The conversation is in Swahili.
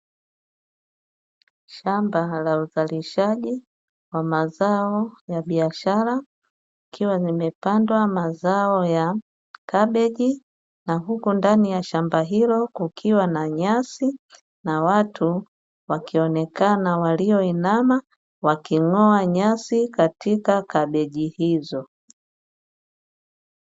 Shamba la uzalishaji wa mazao ya biashara, likiwa limepandwa mazao ya kabeji na huku ndani ya shamba hilo kukiwa na nyasi, na watu wakionekana walioinama waking’oa nyasi katika kabeji hizo.